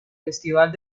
festival